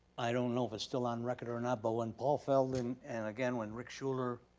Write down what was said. i don't know if it's still on record or not, but when paul fell and and again when rick shular,